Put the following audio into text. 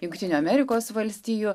jungtinių amerikos valstijų